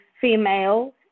female